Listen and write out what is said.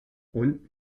und